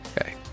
Okay